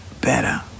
better